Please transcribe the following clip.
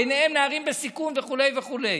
ביניהם נערים בסיכון וכו' וכו'.